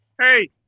hey